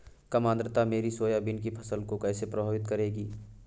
कम आर्द्रता मेरी सोयाबीन की फसल को कैसे प्रभावित करेगी?